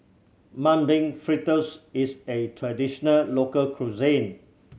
Mung Bean Fritters is a traditional local cuisine